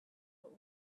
what